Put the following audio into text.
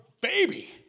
baby